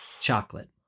chocolate